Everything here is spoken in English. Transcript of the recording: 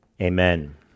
Amen